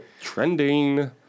Trending